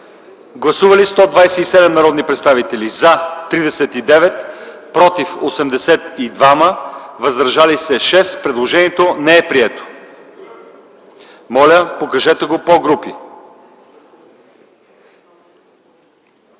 Гласували 139 народни представители: за 99, против 35, въздържали се 5. Предложението е прието. Моля, продължете с § 3.